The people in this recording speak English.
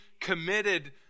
committed